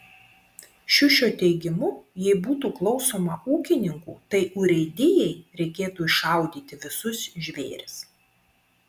šiušio teigimu jei būtų klausoma ūkininkų tai urėdijai reikėtų iššaudyti visus žvėris